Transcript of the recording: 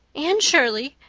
anne shirley,